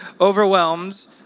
overwhelmed